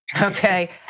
okay